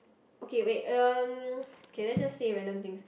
okay wait um let's just say random things